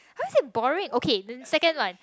how is it boring okay the second one